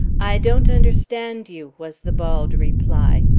i don't understand you, was the bawled reply.